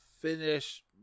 finish